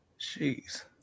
Jeez